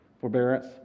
forbearance